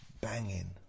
banging